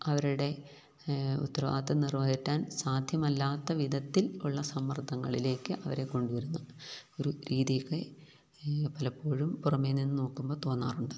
അവരുടെ ഉത്തരവാദിത്വം നിറവേറ്റാൻ സാധ്യമല്ലാത്ത വിധത്തിലുള്ള സമ്മർദ്ദങ്ങളിലേക്ക് അവരെ കൊണ്ടുവരുന്ന ഒരു രീതിയൊക്കെ പലപ്പോഴും പുറമേ നിന്ന് നോക്കുമ്പോള് തോന്നാറുണ്ട്